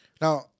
Now